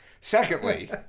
Secondly